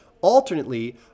Alternately